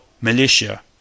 militia